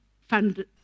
fund